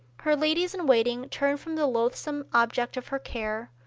her ladies-in-waiting turn from the loathsome object of her care,